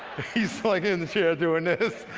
he's like in the chair doing this.